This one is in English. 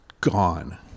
gone